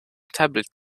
tablet